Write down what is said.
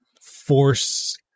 force